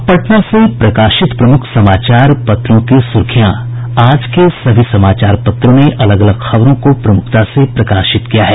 अब पटना से प्रकाशित प्रमुख समाचार पत्रों की सुर्खियां आज के सभी समाचार पत्रों ने अलग अलग खबरों को प्रमुखता से प्रकाशित किया है